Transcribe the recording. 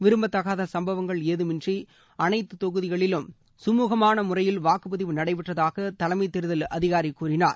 விரும்பதகாத சம்பவங்கள் ஏதம் இன்றி அனைத்து தொகுதிகளிலும் சுமூகமான முறையில் வாக்குப்பதிவு நடைபெற்றதாக தலைமை தேர்தல் அதிகாரி கூறினார்